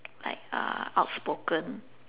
like uh outspoken